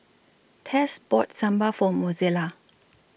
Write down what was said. Tess bought Sambal For Mozella